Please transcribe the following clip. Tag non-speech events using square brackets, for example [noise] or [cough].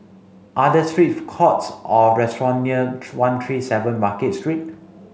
are these three food courts or restaurants near [unintelligible] one three seven Market Street